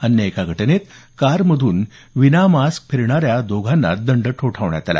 अन्य एका घटनेत कारमधून विना मास्क फिरणाऱ्या दोघांना दंड ठोठावण्यात आला